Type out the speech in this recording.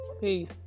Peace